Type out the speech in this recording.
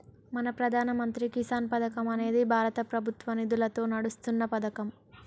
మన ప్రధాన మంత్రి కిసాన్ పథకం అనేది భారత ప్రభుత్వ నిధులతో నడుస్తున్న పతకం